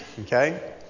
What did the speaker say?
Okay